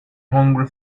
hungry